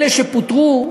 אלה שפוטרו.